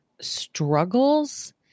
struggles